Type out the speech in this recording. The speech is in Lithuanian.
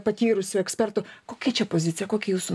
patyrusių ekspertų kokia čia pozicija kokia jūsų